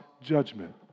judgment